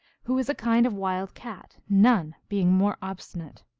who is a kind of wild cat, none being more obstinate.